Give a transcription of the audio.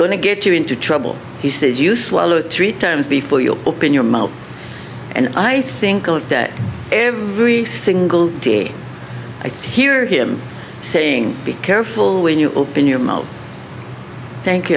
going to get you into trouble he says you swallow it three times before you open your mouth and i think that every single day i hear him saying be careful when you open your mouth thank